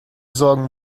sorgen